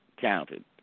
counted